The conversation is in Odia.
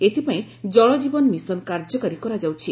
ଏଥିପାଇଁ ଜଳଜୀବନ ମିଶନ କାର୍ଯ୍ୟକାରୀ କରାଯାଉଛି